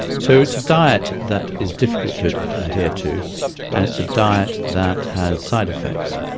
so it's a diet that is difficult to adhere to and it's a diet that has side effects.